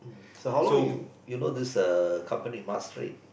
so how long you you know this uh company Mars Train